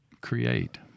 create